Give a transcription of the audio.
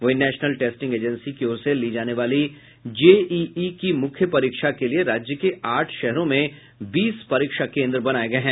वहीं national testing agency की ओर से ली जाने वाली जेईई की मुख्य परीक्षा के लिए राज्य के आठ शहरों में बीस परीक्षा केंद्र बनाये गये हैं